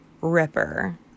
Ripper